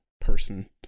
person